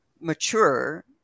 mature